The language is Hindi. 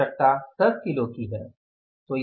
आवश्यकता 10 किलो की है